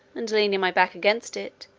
and leaning my back against it,